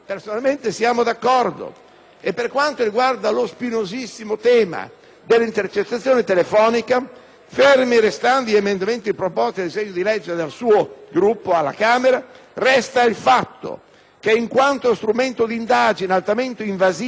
alle intercettazioni telefoniche, fermi restando gli emendamenti proposti al disegno di legge del Governo, resta il fatto che, in quanto strumento d'indagine altamente invasivo, dovrebbero essere richieste dal Capo dell'ufficio e disposte da un giudice collegiale;